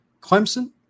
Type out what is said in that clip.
Clemson